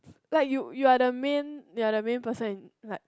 like you you're the main you're the main person in like